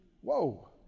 Whoa